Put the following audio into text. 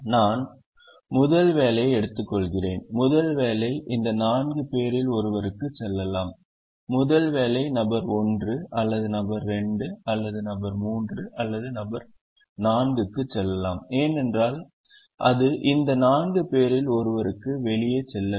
நான் முதல் வேலையை எடுத்துக்கொள்கிறேன் முதல் வேலை இந்த நான்கு பேரில் ஒருவருக்கு செல்லலாம் முதல் வேலை நபர் 1 அல்லது நபர் 2 அல்லது நபர் 3 அல்லது நபர் 4 க்கு செல்லலாம் ஏனென்றால் அது இந்த நான்கு பேரில் ஒருவருக்கு வெளியே செல்ல வேண்டும்